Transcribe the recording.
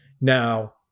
Now